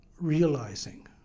realizing